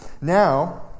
Now